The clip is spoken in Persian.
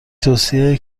توصیه